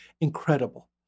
incredible